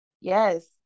Yes